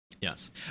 Yes